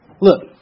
Look